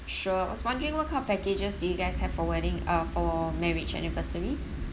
sure I was wondering what kind of packages do you guys have for wedding uh for marriage anniversaries